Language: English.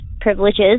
privileges